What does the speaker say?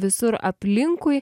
visur aplinkui